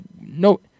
no